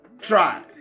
Try